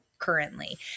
Currently